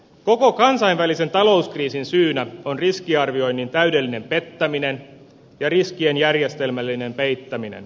koko kansainvälisen talouskriisin syynä on riskiarvioinnin täydellinen pettäminen ja riskien järjestelmällinen peittäminen